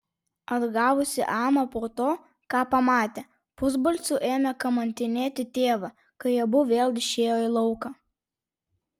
atgavusi amą po to ką pamatė pusbalsiu ėmė kamantinėti tėvą kai abu vėl išėjo į lauką